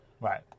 Right